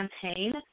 campaign